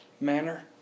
manner